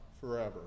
forever